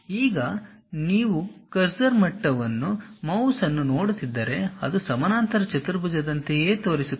ಈಗ ನೀವು ಕರ್ಸರ್ ಮಟ್ಟವನ್ನು ಮೌಸ್ ಅನ್ನು ನೋಡುತ್ತಿದ್ದರೆ ಅದು ಸಮಾನಾಂತರ ಚತುರ್ಭುಜದಂತೆಯೇ ತೋರಿಸುತ್ತದೆ